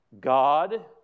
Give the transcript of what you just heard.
God